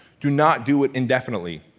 do not do it indefinitely.